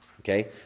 Okay